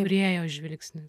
kūrėjo žvilgsnis